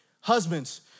husbands